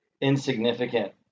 insignificant